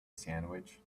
sandwich